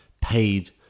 paid